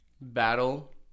battle